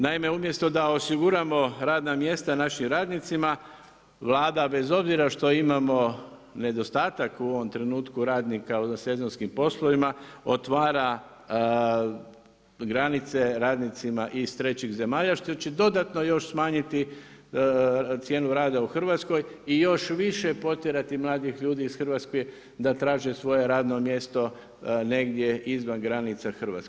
Naime, umjesto da osiguramo radna mjesta našim radnicima, Vlada bez obzira što imamo nedostatak u ovom trenutku radnika, ovosezonskim poslovima, otvara granice radnicima iz 3 zemalja, što će dodatno još smanjiti cijenu rada u Hrvatskoj i još više potjerati mladih ljudi iz Hrvatske da traže svoje radno mjesto negdje izvan granice Hrvatske.